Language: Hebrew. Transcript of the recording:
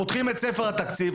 פותחים את ספר התקציב.